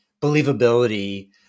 believability